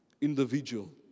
Individual